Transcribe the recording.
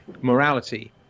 morality